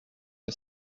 que